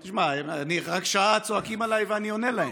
תשמע, שעה צועקים עליי ואני עונה להם,